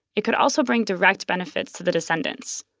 it could also bring direct benefits to the descendants,